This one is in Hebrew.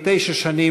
תשע שנים